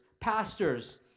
pastors